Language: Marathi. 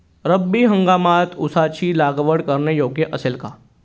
रब्बी हंगामात ऊसाची लागवड करणे योग्य असेल का?